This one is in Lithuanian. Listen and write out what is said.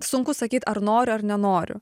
sunku sakyt ar noriu ar nenoriu